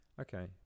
Okay